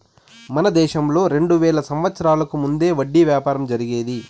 మన దేశంలో రెండు వేల సంవత్సరాలకు ముందే వడ్డీ వ్యాపారం జరిగేది